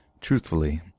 Truthfully